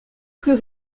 plus